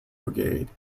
brigade